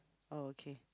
oh okay